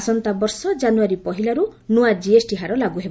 ଆସନ୍ତା ବର୍ଷ ଜାନୁଆରୀ ପହିଲାରୁ ନ୍ତୁଆ ଜିଏସ୍ଟି ହାର ଲାଗୁ ହେବ